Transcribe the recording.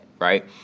right